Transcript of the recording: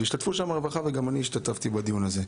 השתתפו שם מהרווחה וגם אני השתתפתי בדיון הזה.